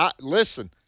Listen